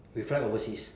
we fly overseas